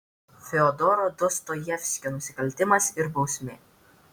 fiodoro dostojevskio nusikaltimas ir bausmė